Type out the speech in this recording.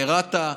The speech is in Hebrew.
רת"א,